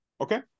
Okay